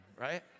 right